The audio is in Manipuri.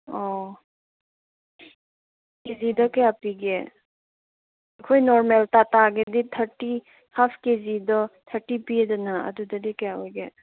ꯑꯣ ꯀꯦꯖꯤꯗ ꯀꯌꯥ ꯄꯤꯒꯦ ꯑꯩꯈꯣꯏ ꯅꯣꯔꯃꯦꯜ ꯇꯥꯇꯥꯒꯤꯗꯤ ꯊꯥꯔꯇꯤ ꯍꯥꯐ ꯀꯦꯖꯤꯗꯣ ꯊꯥꯔꯇꯤ ꯄꯤꯗꯅ ꯑꯗꯨꯗꯗꯤ ꯀꯌꯥ ꯑꯣꯏꯒꯦ